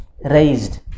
Raised